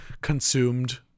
consumed